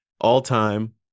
All-time